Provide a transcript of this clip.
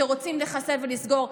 שרוצים לחסל ולסגור.